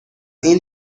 این